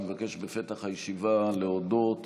מבקש להודות